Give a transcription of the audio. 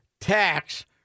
tax